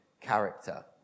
character